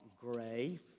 Gray